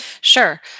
sure